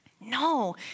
No